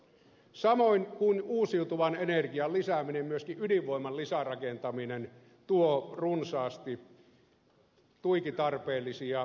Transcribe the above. samoin kuin uusiutuvan energian lisääminen myöskin ydinvoiman lisärakentaminen tuo runsaasti tuiki tarpeellisia lisätyöpaikkoja